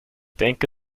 denke